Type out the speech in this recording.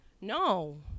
No